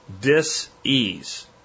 dis-ease